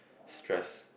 stress